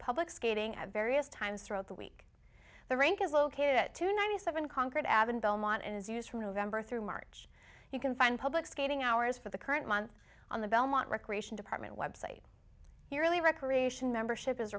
public skating at various times throughout the week the rink is located at two ninety seven concord ave belmont and is used from november through march you can find public skating hours for the current month on the belmont recreation department website merely recreation membership is